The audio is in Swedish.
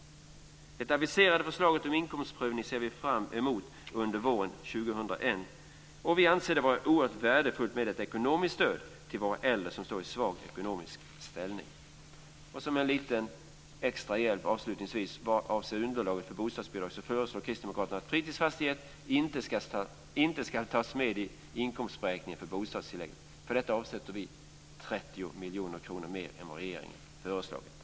Vi ser fram emot det aviserade förslaget om inkomstprövning under våren 2001. Vi anser det vara oerhört värdefullt med ett ekonomiskt stöd till de äldre som har en svag ekonomisk ställning. Avslutningsvis: Kristdemokraterna föreslår som en liten extra hjälp vad gäller underlaget för bostadsbidrag att fritidsfastighet inte ska tas med i inkomstberäkningen för bostadstillägget. För detta avsätter vi 30 miljoner kronor utöver vad regeringen har föreslagit.